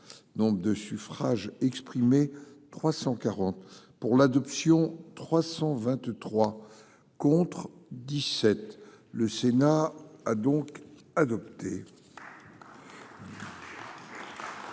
nombre de suffrages exprimés 340 pour l'adoption 323 contre 17, le Sénat a donc adopté.